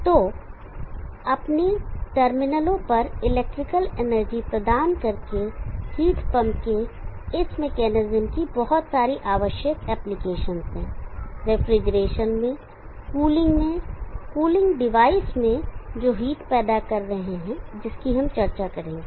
तो अपने टर्मिनलों पर इलेक्ट्रिकल एनर्जी प्रदान करके हीट पंप के इस मैकेनिज्म की बहुत सारी आवश्यक एप्लीकेशंस हैं रेफ्रिजरेशन में कूलिंग में कूलिंग डिवाइस में जो हीट पैदा कर रहे हैं जिसकी हम चर्चा करेंगे